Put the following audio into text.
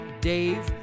Dave